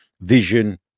vision